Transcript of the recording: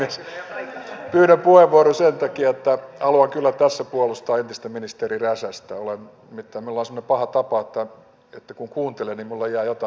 pyydän puheenvuoron sen takia että haluan kyllä tässä puolustaa entistä ministeri räsästä nimittäin minulla on sellainen paha tapa että kun kuuntelen niin minulla myös jää jotain aina muistiin